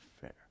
fair